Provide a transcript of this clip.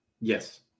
Yes